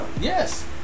Yes